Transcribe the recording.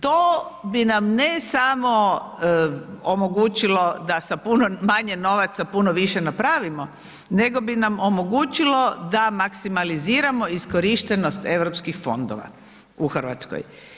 To bi nam ne samo omogućilo da sa puno manje novaca puno više napravimo, nego bi nam omogućilo da maksimaliziramo iskorištenost Europskih fondova u Hrvatskoj.